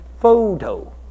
photo